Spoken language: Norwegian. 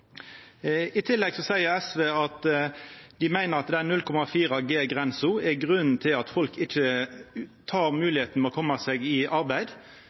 I tillegg meiner SV at 0,4G-grensa er grunnen til at folk ikkje nyttar moglegheita til å koma seg i arbeid.